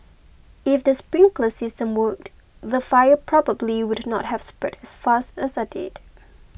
if the sprinkler system worked the fire probably would not have spread as fast as I did